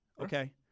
Okay